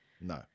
no